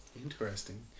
Interesting